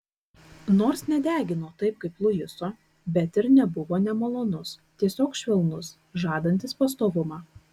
nors nedegino taip kaip luiso bet ir nebuvo nemalonus tiesiog švelnus žadantis pastovumą